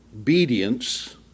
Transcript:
obedience